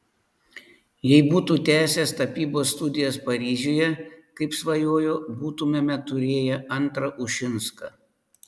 jei būtų tęsęs tapybos studijas paryžiuje kaip svajojo būtumėme turėję antrą ušinską